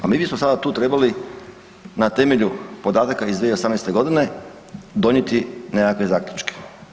A mi bismo sada tu trebali na temelju podataka iz 2018.g. donijeti nekakve zaključke.